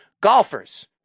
Golfers